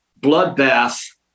bloodbath